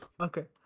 okay